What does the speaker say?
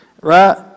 Right